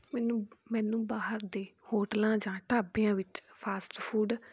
ਮੈਨੂੰ ਮੈਨੂੰ ਬਾਹਰ ਦੇ ਹੋਟਲਾਂ ਜਾਂ ਢਾਬਿਆਂ ਵਿੱਚ ਫਾਸਟ ਫੂਡ